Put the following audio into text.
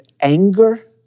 anger